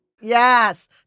Yes